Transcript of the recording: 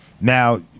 Now